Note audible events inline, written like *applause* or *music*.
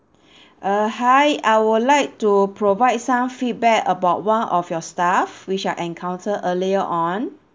*breath* uh hi I would like to provide some feedback about one of your staff which I encounter earlier on